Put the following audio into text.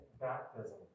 baptism